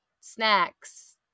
snacks